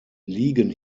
liegen